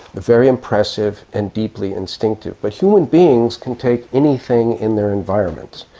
very impressive and deeply instinctive. but human beings can take anything in their environment,